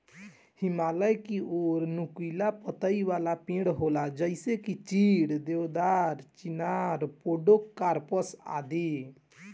हिमालय की ओर नुकीला पतइ वाला पेड़ होला जइसे की चीड़, देवदार, चिनार, पोड़ोकार्पस आदि